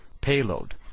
payload